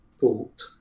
thought